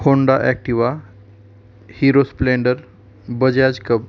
Honda Activa hero splendor Bajaj cub